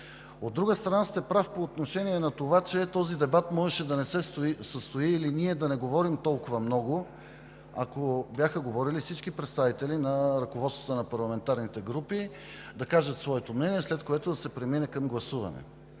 От друга страна сте прав по отношение на това, че този въпрос можеше да не се състои или ние да не говорим толкова много, ако бяха говорили всички представители на ръководството на парламентарните групи, да кажат своето мнение, след което да се премине към гласуване.